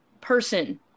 person